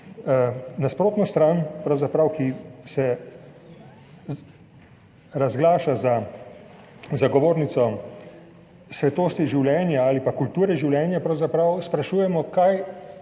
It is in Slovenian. Nasprotno stran, ki se razglaša za zagovornico svetosti življenja ali pa kulture življenja, pravzaprav